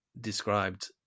described